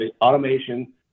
automation